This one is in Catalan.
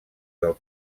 del